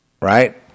Right